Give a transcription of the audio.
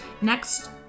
next